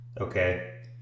okay